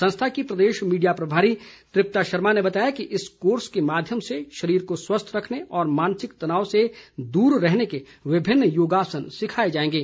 संस्था की प्रदेश मीडिया प्रभारी तृप्ता शर्मा ने बताया कि इस कोर्स के माध्यम से शरीर का स्वस्थ रखने और मानसिक तनाव से दूर रहने के विभिन्न योगासन सिखाए जाएंगे